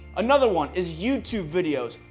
another one is youtube videos.